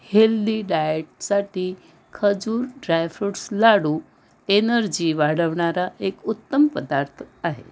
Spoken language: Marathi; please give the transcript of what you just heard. हेल्दी डाएटसाठी खजूर ड्रायफ्रूट्स लाडू एनर्जी वाढवणारा एक उत्तम पदार्थ आहे